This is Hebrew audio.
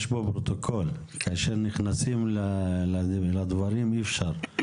יש פה פרוטוקול אז כאשר נכנסים לדברים אי אפשר,